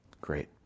Great